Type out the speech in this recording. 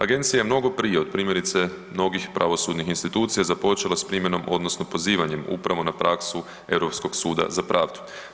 Agencija je mnogo prije od primjerice mnogih pravosudnih institucija započela s primjenom odnosno pozivanjem upravo na praksu Europskog suda za pravdu.